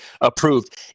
approved